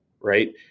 right